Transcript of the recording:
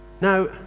now